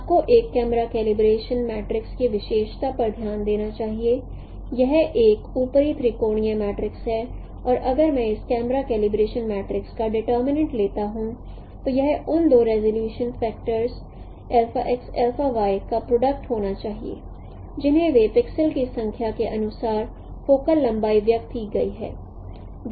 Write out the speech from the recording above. आपको एक camera calibration matrix की विशेषता पर ध्यान देना चाहिए यह एक ऊपरी त्रिकोणीय मैट्रिक्स है और अगर मैं इस कैमरा कलिब्रेशन मैट्रिक्स का डीटरमिनेट लेता हूं तो यह उन दो रिज़ॉल्यूशन फैक्टरस का प्रोडक्ट होना चाहिए जिन्हें वे पिक्सल की संख्या के अनुसार फोकल लंबाई व्यक्त की गई हैं